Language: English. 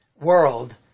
world